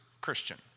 Christian